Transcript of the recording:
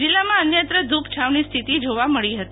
જિલ્લામાં અન્યત્ર ધુ પદ્છાંવની સ્થિતિ જોવા મળી હતી